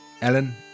Ellen